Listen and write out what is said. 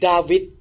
David